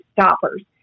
stoppers